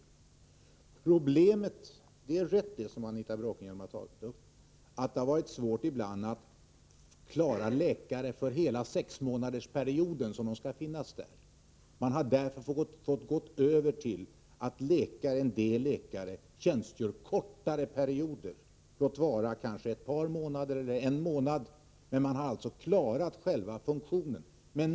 Det är riktigt att det problem som Anita Bråkenhielm tar upp finns, nämligen att det ibland har varit svårt att få läkare för en hel sexmånadersperiod, dvs. den tid som läkarna skall finnas där. Man har därför fått gå över till att en del läkare tjänstgör kortare perioder — ett par månader eller en månad — men man har alltså klarat själva funktionen.